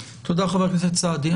תודה, חבר הכנסת סעדי.